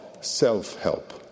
self-help